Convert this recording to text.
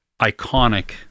iconic